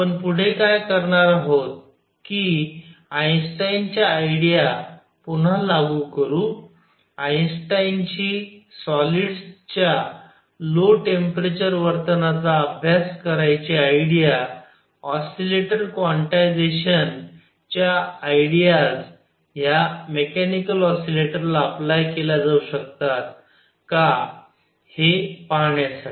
आपण पुढे काय करणार आहोत कि आइनस्टाइन च्या आयडिया पुन्हा लागू करू आइनस्टाइन ची सॉलिड्स च्या लो टेम्पेरचर वर्तनाचा अभ्यास करायची आयडिया ऑसिलेटर क्वांटायझेशन च्या आयडीयाज ह्या मेकॅनिकल ऑसिलेटर ला अप्लाय केल्या जाऊ शकतात का हे पाहण्यासाठी